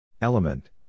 element